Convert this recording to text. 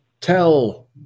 Tell